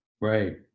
Right